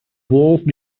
walked